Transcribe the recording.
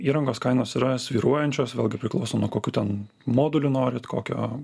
įrangos kainos yra svyruojančios vėlgi priklauso nuo kokių ten modulių norit kokio